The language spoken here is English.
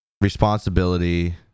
Responsibility